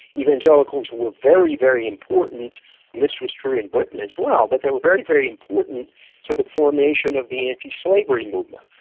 evangelicals were very very important and this was true in britain as well but they were very very important to the formation of the anti-slavery movement.